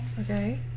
okay